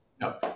No